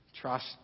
Trust